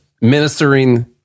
ministering